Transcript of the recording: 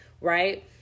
right